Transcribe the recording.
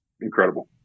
incredible